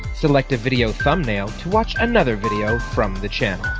select a video thumbnail to watch another video from the channel.